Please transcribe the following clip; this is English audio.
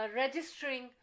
registering